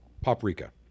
paprika